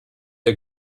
der